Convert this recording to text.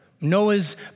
Noah's